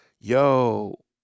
Yo